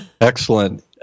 Excellent